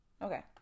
Okay